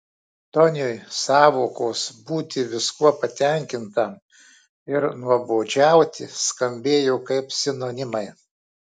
toniui sąvokos būti viskuo patenkintam ir nuobodžiauti skambėjo kaip sinonimai